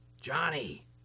Johnny